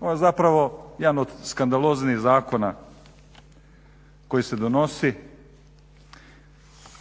Ovo je zapravo jedan od skandaloznijih zakona koji se donosi.